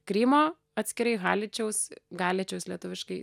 krymo atskirai haličiaus galičiaus lietuviškai